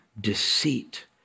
Deceit